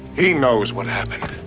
he knows what happened!